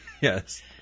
Yes